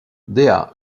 dea